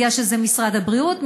כי זה משרד הבריאות,